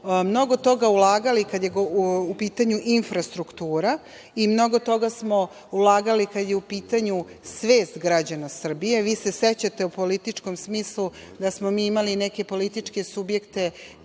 mnogo toga ulagali kada je u pitanju infrastruktura i mnogo toga smo ulagali kada je u pitanju svest građana Srbije. Sećate se u političkom smislu da smo imali neke političke subjekte